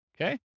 Okay